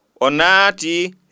Onati